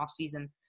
offseason